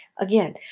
Again